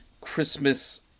Christmas